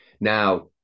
now